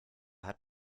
hat